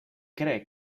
cree